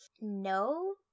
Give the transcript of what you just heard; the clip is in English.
no